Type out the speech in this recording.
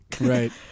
Right